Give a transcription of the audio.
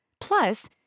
Plus